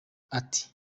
ati